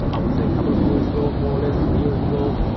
ah i would say, a couple of years ago more or less, three years ago.